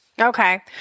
Okay